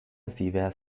sievers